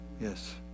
yes